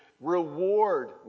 reward